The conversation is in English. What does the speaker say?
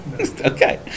okay